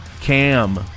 Cam